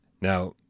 Now